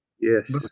yes